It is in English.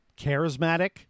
charismatic